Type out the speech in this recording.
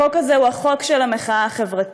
החוק הזה הוא החוק של המחאה החברתית.